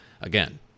again